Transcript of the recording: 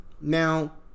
now